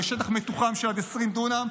ושטח מתוחם של עד 20 דונם,